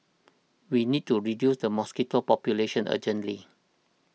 we need to reduce the mosquito population urgently